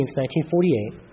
1948